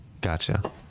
Gotcha